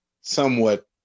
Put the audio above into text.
somewhat